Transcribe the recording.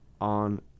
on